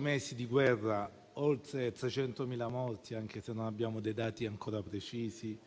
mesi di guerra, oltre 300.000 morti, anche se non abbiamo ancora dati precisi,